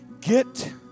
get